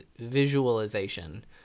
visualization